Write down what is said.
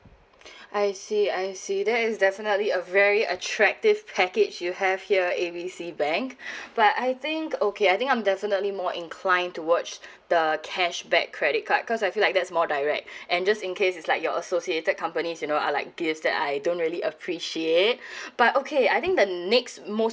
I see I see that is definitely a very attractive package you have here A B C bank but I think okay I think I'm definitely more inclined to watch the cashback credit card cause I feel like that's more direct and just in case is like your associated companies you know I like gifts that I don't really appreciate but okay I think the next most